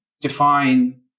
define